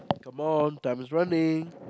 come on time's running